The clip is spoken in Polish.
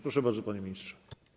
Proszę bardzo, panie ministrze.